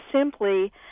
simply